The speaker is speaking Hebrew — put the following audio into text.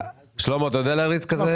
אוחיון, אתה יודע להריץ כזה אלגוריתם?